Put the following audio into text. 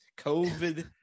COVID